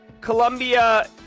colombia